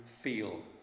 feel